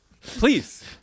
Please